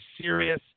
serious